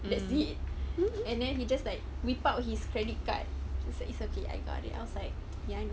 that's it and then he just like weep out his credit card it's like it's okay I got it I was like